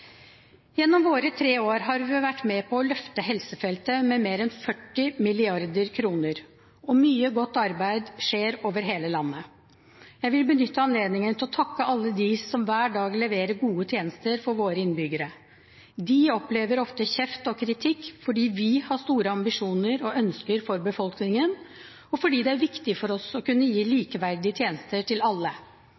Gjennom våre tre år har vi vært med på å løfte helsefeltet med mer enn 40 mrd. kr, og mye godt arbeid skjer over hele landet. Jeg vil benytte anledningen til å takke alle de som hver dag leverer gode tjenester for våre innbyggere. De opplever ofte kjeft og kritikk fordi vi har store ambisjoner og ønsker for befolkningen, og fordi det er viktig for oss å kunne gi